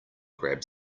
grabbed